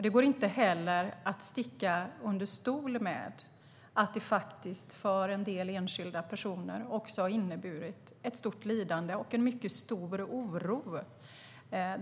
Det går inte att sticka under stol med att detta faktiskt också för en del enskilda personer har inneburit ett stort lidande och en mycket stor oro.